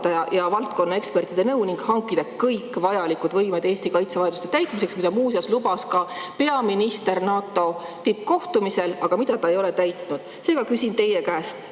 ja valdkonna ekspertide nõu ning hankida kõik vajalikud võimed Eesti kaitsevajaduse täitmiseks. Seda muuseas lubas ka peaminister NATO tippkohtumisel, aga ta ei ole seda täitnud. Seega küsin teie käest: